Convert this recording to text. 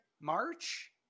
March